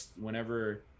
whenever